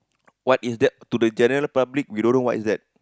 what is that to the general public we don't know what is that